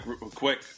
quick